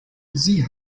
sie